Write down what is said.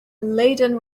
laden